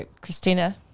Christina